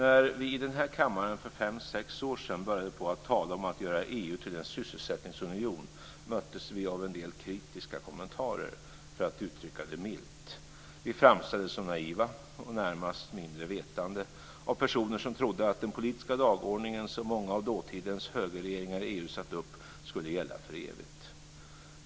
När vi i den här kammaren för fem sex år sedan började på att tala om att göra EU till en sysselsättningsunion möttes vi av en del kritiska kommentarer - för att uttrycka det milt.